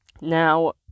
now